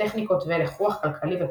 טכניקות והלך-רוח כלכלי ופוליטי.